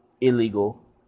illegal